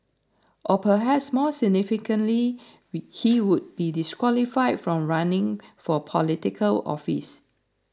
or perhaps more significantly he would be disqualified from running for Political Office